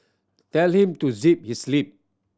tell him to zip his lip